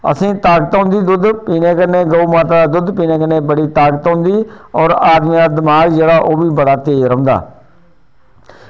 असेंगी ताकत होंदी गौ माता दा दुद्ध पीने कन्नै बड़ी ताकत औंदी ते आदमी दा दमाग जेह्ड़ा ओह्बी तेज़ रौंहदा